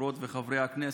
חברות וחברי הכנסת,